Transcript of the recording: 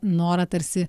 norą tarsi